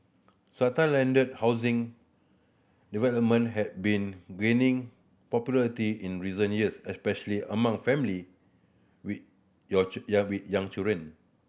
strata landed housing development have been gaining popularity in recent years especially among family with your young with young children